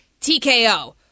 TKO